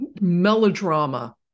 melodrama